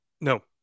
No